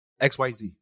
XYZ